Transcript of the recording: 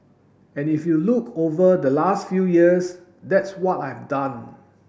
and if you look over the last few years that's what I've done